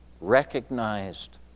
recognized